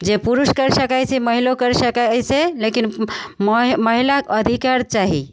जे पुरुष करि सकय छै महिलो करि सकय छै लेकिन मऽ महिलाके अधिकार चाही